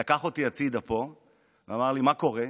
הוא לקח אותי הצידה ושאל: מה קורה,